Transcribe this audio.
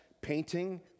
painting